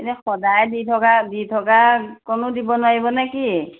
এনেই সদায় দি থকা দি থকাকণো দিব নোৱাৰিব নে কি